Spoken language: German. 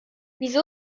wieso